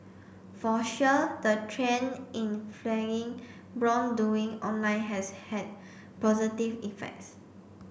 for sure the trend in flagging wrongdoing online has had positive effects